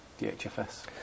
DHFS